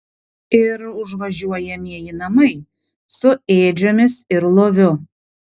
ir užvažiuojamieji namai su ėdžiomis ir loviu